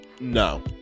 No